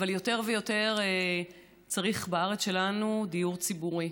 אבל יותר ויותר צריך בארץ שלנו דיור ציבורי.